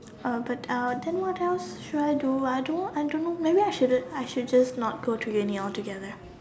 uh but uh then what else should I do I don't I don't know maybe I shouldn't I should just not go to uni altogether